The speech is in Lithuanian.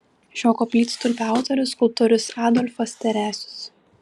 šio koplytstulpio autorius skulptorius adolfas teresius